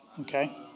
Okay